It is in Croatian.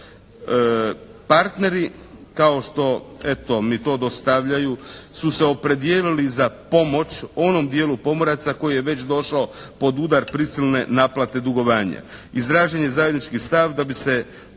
Partneri kao što eto mi to dostavljaju su se opredijelili za pomoć onom dijelu pomoraca koji je već došao pod udar prisilne naplate dugovanja. Izražen je zajednički stav da bi se